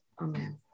Amen